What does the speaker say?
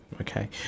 okay